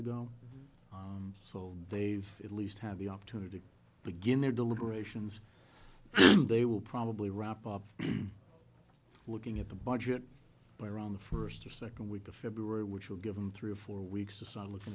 ago so they've at least have the opportunity to begin their deliberations they will probably wrap up looking at the budget around the first or second week of february which will give them three or four weeks or so